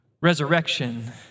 Resurrection